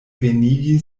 venigi